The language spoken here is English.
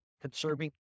Conserving